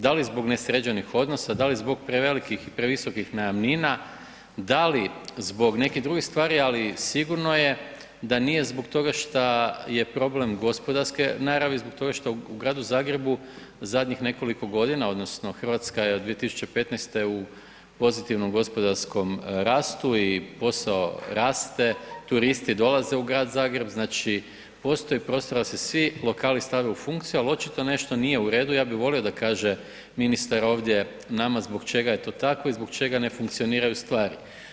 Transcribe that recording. Da li zbog nesređenih odnosa, da li zbog prevelikih i previsokih najamnina, da li zbog nekih drugih stvari, ali sigurno je da nije zbog toga što je problem gospodarske naravi zbog toga što u gradu Zagrebu zadnjih nekoliko godina, odnosno Hrvatska je od 2015. u pozitivnom gospodarskom rastu i posao raste, turisti dolaze u grad Zagreb, znači postoji prostor da se svi lokali stave u funkciju, ali očito nešto nije u redu, ja bih volio da kaže ministar ovdje nama zbog čega je to tako i zbog čega ne funkcioniraju stvari.